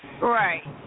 Right